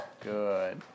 Good